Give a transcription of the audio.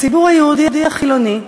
הציבור היהודי החילוני,